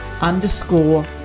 underscore